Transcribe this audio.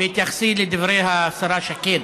בהתייחסי לדברי השרה שקד,